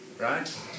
Right